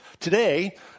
Today